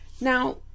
Now